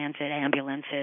ambulances